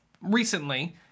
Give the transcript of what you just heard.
recently